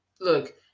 look